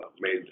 made